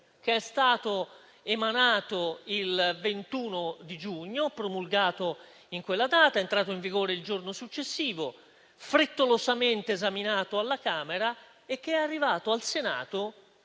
che è stato emanato il 21 giugno, promulgato in quella data, entrato in vigore il giorno successivo e frettolosamente esaminato alla Camera. È arrivato al Senato